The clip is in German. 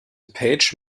page